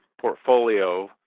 portfolio